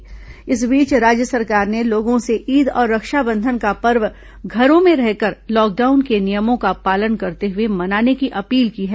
Eid Rakshabandhan appeal इस बीच राज्य सरकार ने लोगों से ईद और रक्षाबंधन का पर्व घरों में रहकर लॉकडाउन के नियमों का पालन करते हुए मनाने की अपील की है